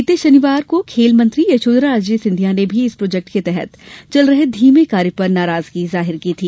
बीते शनिवार को खेल मंत्री यशोधरा राजे सिंधिया ने भी इस प्रोजेक्ट के तहत चल रहे धीमे कार्य पर नाराजगी जाहिर की थी